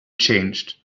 changed